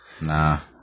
Nah